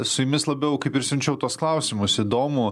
su jumis labiau kaip ir siunčiau tuos klausimus įdomu